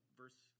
verse